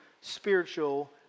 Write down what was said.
spiritual